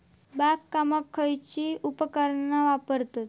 बागकामाक खयची उपकरणा वापरतत?